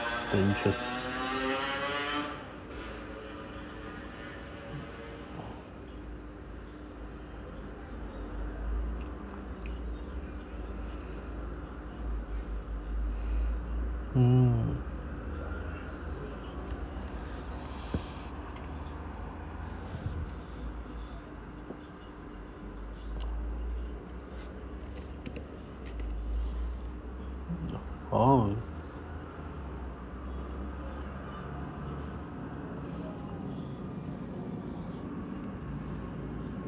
the interest mm oh